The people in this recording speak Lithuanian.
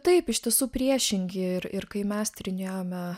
taip iš tiesų priešingi ir ir kai mes tyrinėjome